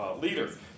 leader